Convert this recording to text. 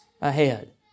ahead